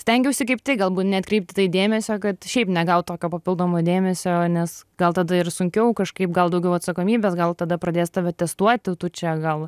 stengiausi kaip tik galbū nekreipt į tai dėmesio kad šiaip negaut tokio papildomo dėmesio nes gal tada ir sunkiau kažkaip gal daugiau atsakomybės gal tada pradės tave testuoti tu čia gal